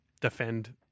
defend